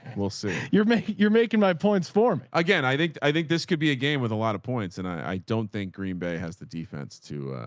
we'll see. you're making, you're making my points for me again. i think, i think this could be a game with a lot of points and i don't think green bay has the defense to,